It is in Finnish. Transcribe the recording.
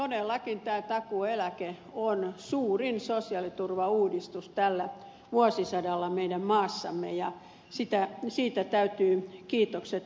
todellakin tämä takuueläke on suurin so siaaliturvauudistus tällä vuosisadalla meidän maassamme ja siitä täytyy kiitokset antaa hallitukselle